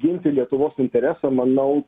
ginti lietuvos interesą manau